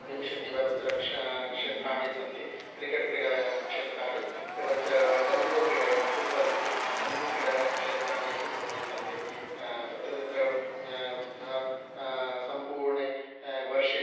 विंशतिः वा तत्र क्ष क्षेत्राणि सन्ति क्रिकेट् क्रीडायाः क्षेत्राणि एवञ्च कन्दुकक्रीडायाः फ़ुट्बाल् इति कन्दुकक्रीडायाः क्षेत्राणि अपि बहूनि सन्ति तत्तु तत्र स्तः सम्पूर्णे वर्षे